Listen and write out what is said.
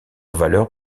valeur